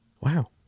wow